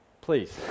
Please